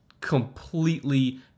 completely